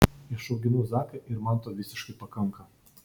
išauginau zaką ir man to visiškai pakanka